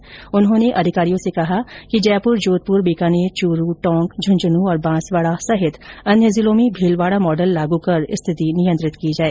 इस दौरान उन्होंने अधिकारियों से कहा कि जयपुर जोधपुर बीकानेर चूरू टोंक झूंझन् और बांसवाडा सहित अन्य जिलों में भीलवाडा मॉडल लागू कर स्थिति नियंत्रित की जाए